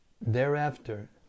thereafter